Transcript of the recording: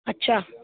अच्छा